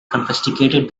confiscated